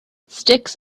sticks